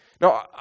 Now